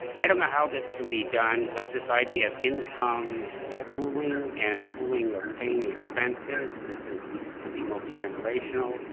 i don't know how this can be done, but this idea of income pooling and pooling of paying expenses, this is could be multigenerational,